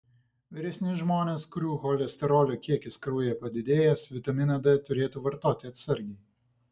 vyresni žmonės kurių cholesterolio kiekis kraujyje padidėjęs vitaminą d turėtų vartoti atsargiai